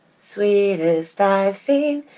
sweetest i've seen,